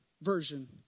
version